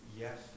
yes